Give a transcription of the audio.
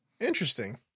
Interesting